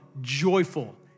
joyful